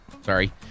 Sorry